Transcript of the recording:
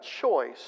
choice